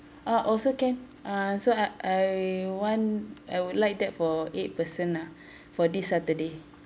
ah also can uh so uh I want I would like that for eight person lah for this saturday